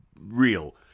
real